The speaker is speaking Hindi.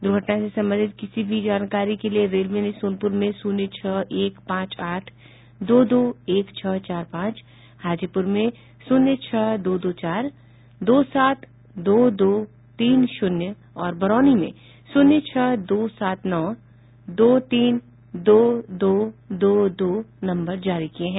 दुर्घटना से संबंधित किसी भी जानकारी के लिये रेलवे ने सोनपुर में शून्य छह एक पांच आठ दो दो एक छह चार पांच हाजीपुर में शून्य छह दो दो चार दो सात दो दो तीन शून्य और बरौनी में शून्य छह दो सात नौ दो तीन दो दो दो दो नम्बर जारी किए हैं